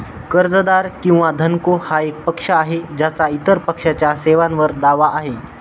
कर्जदार किंवा धनको हा एक पक्ष आहे ज्याचा इतर पक्षाच्या सेवांवर दावा आहे